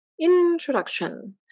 Introduction